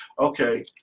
okay